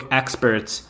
experts